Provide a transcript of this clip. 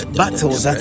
battles